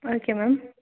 okay ma'am